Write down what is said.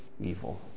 evil